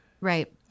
right